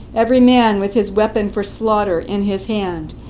every man with his weapon for slaughter in his hand,